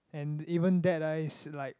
and even that ah is like